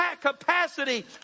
capacity